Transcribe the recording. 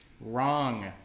Wrong